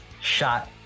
shot